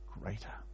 greater